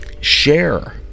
share